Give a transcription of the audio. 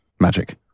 magic